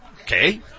Okay